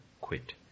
quit